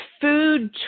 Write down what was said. food